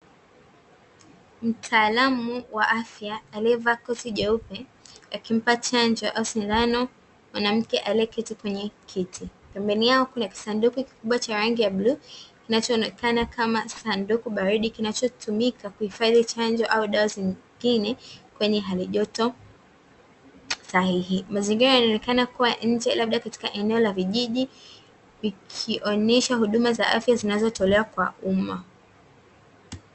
Mtaalamu wa afya aliyevaa koti jeupe, akimpa chanjo au sindano mwanamke aliyeketi kwenye kiti. Pembeni yao kuna kisanduku kikubwa cha rangi ya bluu, kinachoonekana kama sanduku baridi kinachotumika kuhifadhi chanjo au dawa zingine, kwenye hali joto sahihi. Mazingira yanaonekana kuwa nje labda katika eneo la vijiji, vikioneshwa huduma za afya zinazotolewa kwa umma.